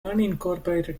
unincorporated